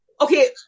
okay